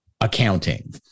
accounting